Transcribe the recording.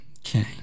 Okay